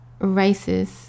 racist